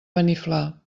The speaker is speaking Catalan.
beniflà